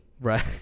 right